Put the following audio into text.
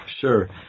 Sure